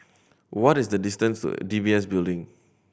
what is the distance D B S Building